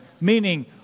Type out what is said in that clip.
Meaning